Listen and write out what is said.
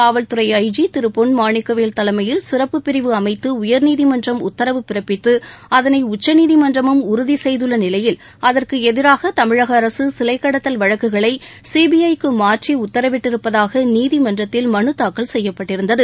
காவல்துறை I G திரு பொன் மாணிக்கவேல் தலைமையில் சிறப்புப்பிரிவு அமைத்து உயர்நீதிமன்றம் உத்தரவு பிறப்பித்து அதனை உச்சநீதிமன்றமும் உறுதி செய்துள்ள நிலையில் அதற்கு எதிராக தமிழக அரசு சிலை கடத்தல் வழக்குகளை சிபிஐ க்கு மாற்றி உத்தரவிட்டிருப்பதாக நீதிமன்றத்தில் மனு தாக்கல் செய்யப்பட்டிருந்தது